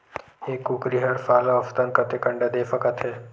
एक कुकरी हर साल औसतन कतेक अंडा दे सकत हे?